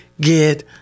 get